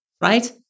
right